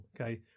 Okay